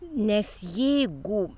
nes jeigu